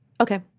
Okay